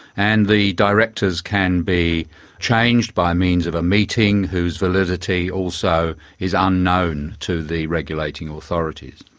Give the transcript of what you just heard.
and the directors can be changed by means of a meeting whose validity also is ah unknown to the regulating authorities.